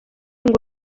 ngo